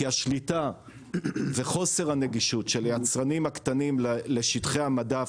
כי השליטה וחוסר הנגישות של היצרנים הקטנים לשטחי המדף,